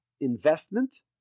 investment